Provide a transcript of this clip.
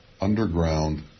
underground